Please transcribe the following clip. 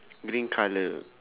green colour